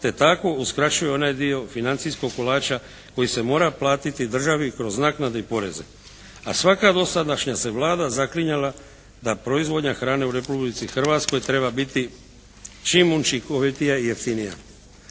te tako uskraćuje onaj dio financijskog kolača koji se mora platiti državi kroz naknade i poreze. A svaka dosadašnja se Vlada zaklinjala da proizvodnja hrane u Republici Hrvatskoj treba biti čim učinkovitija i jeftinija.